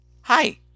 Hi